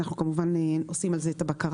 אנחנו כמובן עושים על זה את הבקרה.